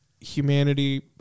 humanity